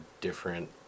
different